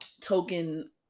token